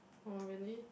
oh really